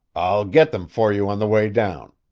i'll get them for you on the way down.